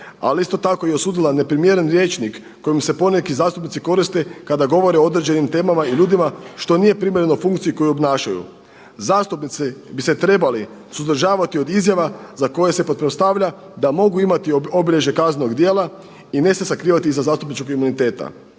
ali isto tako i osudila neprimjeren rječnik kojim se poneki zastupnici koriste kada govore o određenim temama i ljudima što nije primjereno funkciji koju obnašaju. Zastupnici bi se trebali suzdržavati od izjava za koje se pretpostavlja da mogu imati obilježje kaznenog djela i ne se sakrivati iza zastupničkog imuniteta.